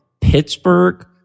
Pittsburgh